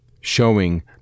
showing